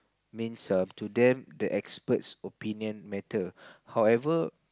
means um to them the experts opinion matter however